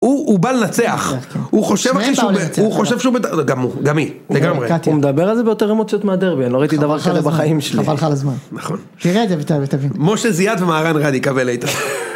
הוא בא לנצח, הוא חושב שהוא בטח, גם הוא, גם היא, לגמרי, הוא מדבר על זה באותן רמות שאת מהדרבי, לא ראיתי דבר כאלה בחיים שלי, חבל לך על הזמן, נכון, תראה את זה ותבין, משה זיאת ומהראן ראדי, קבל, איתן.